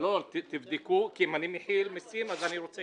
תבדקו, כי אני רוצה